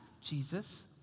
Jesus